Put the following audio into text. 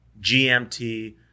gmt